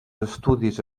estudis